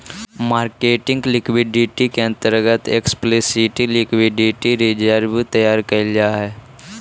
marketing liquidity के अंतर्गत explicit liquidity reserve तैयार कैल जा हई